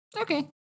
Okay